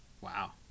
Wow